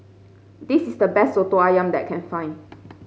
this is the best Soto ayam that I can find